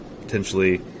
potentially